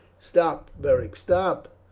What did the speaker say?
stop, beric, stop!